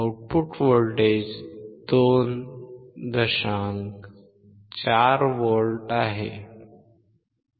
4 volt आहे